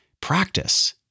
practice